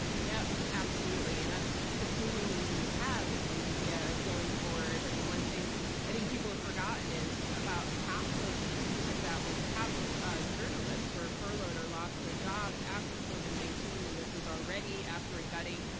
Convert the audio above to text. yeah, absolutely. and that's assuming we have a media going forward. i mean, one thing i think people have forgotten is that about half of news outlets, or half of journalists, were furloughed or lost their jobs after covid nineteen. and this was already after gutting.